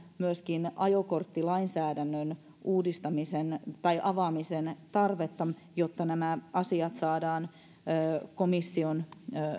myöskin ajokorttilainsäädännön uudistamisen tai avaamisen tarvetta jotta nämä asiat saadaan komission